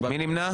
מי נמנע?